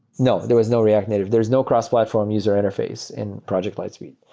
no. there was no react native. there is no cross-platform user interface in project lightspeed.